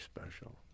special